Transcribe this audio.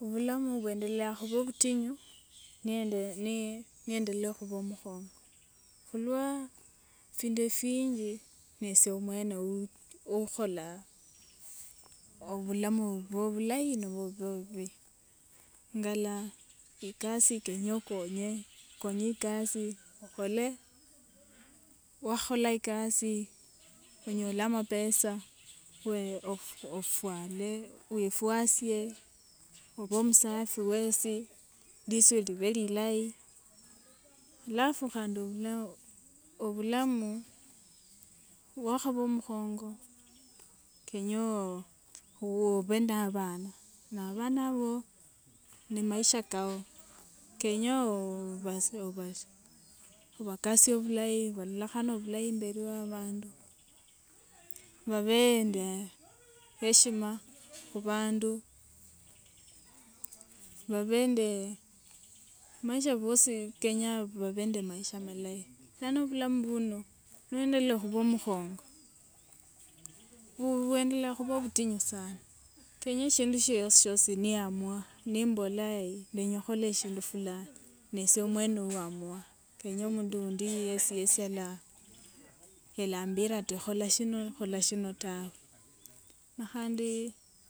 Bulamu bwendelea khuba obutinyu niendi nii niendelea khuba mukhongo, khulwa findu efinji nesie omwene uu ukholanga, obulamu bube bulayi noba bube bubi. Ngala ikasi kenya okonye, okonye ikasi okhole, wakhola ikasi onyole amapesa we ofu ofu ofwale, wifwale wifwasie obe musafi wesi, liswi libe lilayi, alafu khandi obula obulamu wakhaba mukhongo, kenya oo obe nabana, na bana abo nimaisha kao, kenya oo obasi obali obakasie bulayi balolekhane bulayi imberi wa bandu, babe nde heshima khubandu, babe nde maisha bosi kenya bu babe nde maisha malayi. Lano bulamu buno niwendeleya khuba mukhongo buu bwendeleya khuba butinyu sana, kenya sindu shiosi shiosi sheniamuwa nimbola ndenya khukhola eshindu fulani nesie omwene uamua, kenya mundu wundi yesiyesi yala yalaambira ta khola shino khola shino tawe na khandi.